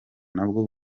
nabwo